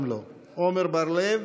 גם לא, עמר בר לב,